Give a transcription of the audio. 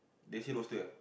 basic roster eh